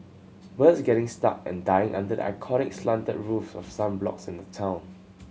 birds getting stuck and dying under the iconic slanted roof of some blocks in the town